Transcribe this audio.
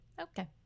Okay